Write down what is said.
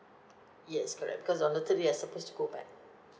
yes correct because on the third day I supposed to go back